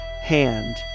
hand